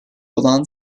olan